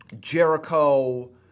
Jericho